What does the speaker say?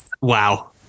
wow